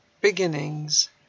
Beginnings